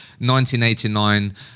1989